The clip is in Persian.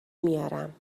میارم